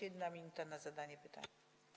1 minuta na zadanie pytania.